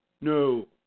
no